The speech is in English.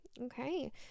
okay